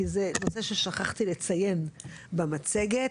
כי זה נושא ששכחתי לציין במצגת.